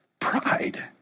pride